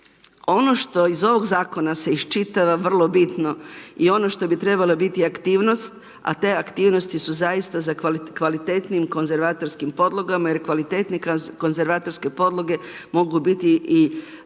Ono što iz ovog zakona se iščitava vrlo bitno je ono što bi trebale biti aktivnost, a te aktivnosti su zaista za kvalitetnijim konzervatorskim podlogama jer kvalitetne konzervatorske podloge mogu biti i